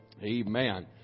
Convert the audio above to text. Amen